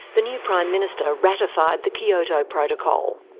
the new prime minister ratified the kyoto protocol.